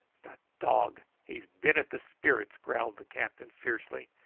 the dog! he has been at the spirits, growled the captain fiercely.